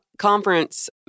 Conference